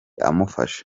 amufasha